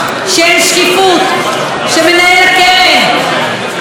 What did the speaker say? שמנהל הקרן מחליט מה כן ומה לא,